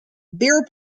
beer